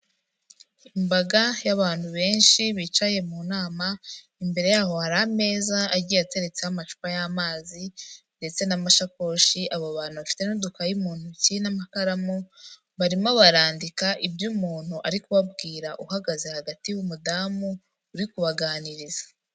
Imbaga y'abantu benshi bicaye mu nama, imbere yaho hari ameza agiye ateretseho amacupa y'amazi ndetse n'amashakoshi, abo bantu bafite n'udukayi mu ntoki n'amakaramu barimo barandika ibyo umuntu ari kubabwira uhagaze hagati y'umudamu uri kubaganiriza.